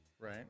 Right